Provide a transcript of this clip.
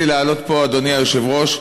אדוני היושב-ראש,